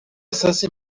acesso